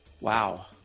wow